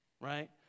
right